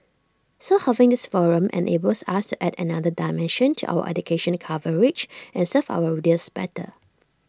so having this forum enables us to add another dimension to our education coverage and serve our readers better